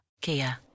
Kia